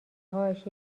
هاش